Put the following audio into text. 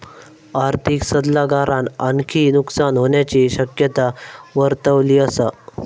आर्थिक सल्लागारान आणखी नुकसान होण्याची शक्यता वर्तवली असा